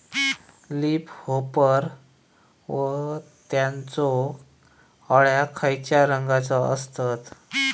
Leaf होपर व त्यानचो अळ्या खैचे रंगाचे असतत?